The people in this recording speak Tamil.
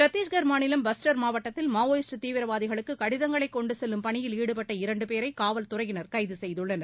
சத்திஷ்கர் மாநிலம் பஸ்டர் மாவட்டத்தில் மாவோயிஸ்ட் தீவிரவாதிகளுக்கு கடிதங்களை கொண்டுசெல்லும் பணியில் ஈடுபட்ட இரண்டுபேரை காவல்துறையினர் கைது செய்துள்ளனர்